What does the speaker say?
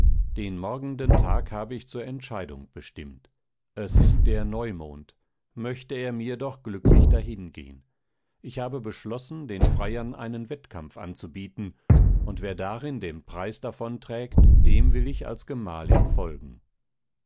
den morgenden tag habe ich zur entscheidung bestimmt es ist der neumond möchte er mir doch glücklich dahingehn ich habe beschlossen den freiern einen wettkampf anzubieten und wer darin den preis davon trägt dem will ich als gemahlin folgen